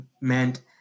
meant